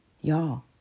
y'all